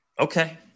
Okay